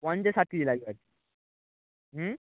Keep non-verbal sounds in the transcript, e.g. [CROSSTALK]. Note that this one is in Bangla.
পঞ্চাশ ষাট কেজি লাগবে আর [UNINTELLIGIBLE] হুম